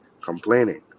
complaining